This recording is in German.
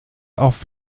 auf